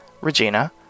Regina